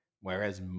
whereas